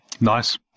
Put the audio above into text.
Nice